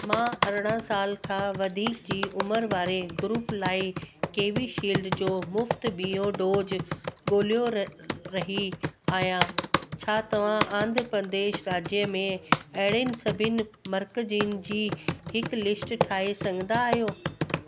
मां अरिड़हं साल जी उमिरि वारे ग्रूप लाइ कैवीशील्ड जो मुफ़्ति बि॒यों डोज ॻोल्हे रही आहियां छा तव्हां आंध्रप्रदेश राज्य में अहिड़नि सभिनि मर्कज़नि जी हिकु लिस्ट ठाहे सघंदा आहियो